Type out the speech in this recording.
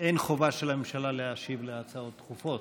אין חובה של הממשלה להשיב על הצעות דחופות.